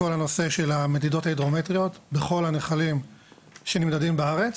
הנושא של המדידות ההידרומטיות בכל הנחלים שנמדדים בארץ